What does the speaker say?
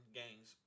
gangs